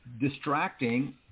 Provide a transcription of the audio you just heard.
distracting